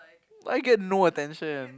I get no attention